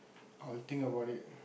I'll think about it